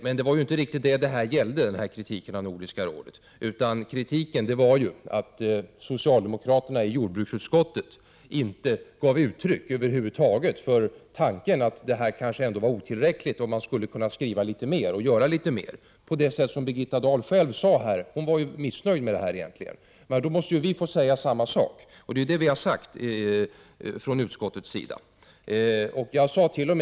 Men det var inte riktigt detta kritiken gällde, utan kritiken riktades mot att socialdemokraterna i jordbruksutskottet inte gav uttryck för tanken att det som stod i dokumentet från Nordiska rådet var otillräckligt och att man borde skriva annorlunda och göra litet mer, på det sätt som Birgitta Dahl själv sade. Hon var ju missnöjd egentligen. Då måste vi få säga samma sak från utskottets sida, och det har vi gjort.